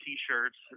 T-shirts